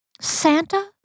Santa